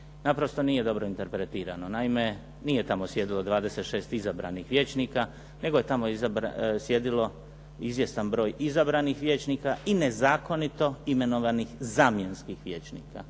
naprosto nije dobro interpretirano. Naime, nije tamo sjedilo 26 izabranih vijećnika, nego je tamo sjedilo izvjestan broj izabranih vijećnika i ne zakonito imenovanih zamjenskih vijećnika.